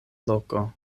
loko